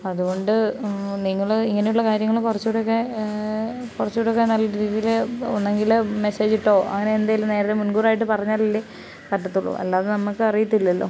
അത്കൊണ്ട് നിങ്ങൾ ഇങ്ങനെയുള്ള കാര്യങ്ങൾ കുറച്ചു കൂടെയൊക്കെ കുറച്ചു കൂടെയൊക്കെ നല്ല രീതിയിൽ ഒന്നെങ്കിൽ മെസ്സേജ് ഇട്ടോ അങ്ങനെ എന്തോ നേരെ മുൻകൂറായിട്ട് പറഞ്ഞാൽ അല്ലേ പറ്റത്തുള്ളു അല്ലാതെ നമ്മൾക്ക് അറിയത്തില്ലല്ലോ